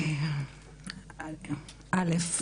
א'